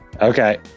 okay